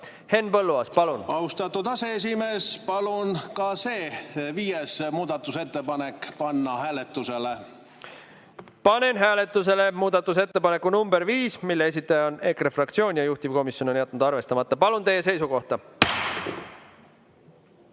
hääletusele. Austatud aseesimees! Palun ka see, viies muudatusettepanek panna hääletusele. Panen hääletusele muudatusettepaneku nr 5, mille esitaja on EKRE fraktsioon ja mille juhtivkomisjon on jätnud arvestamata. Palun teie seisukohta!